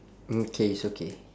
okay it's okay